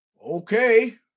Okay